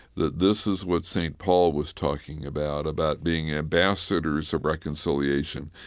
that this is what st. paul was talking about, about being ambassadors of reconciliation.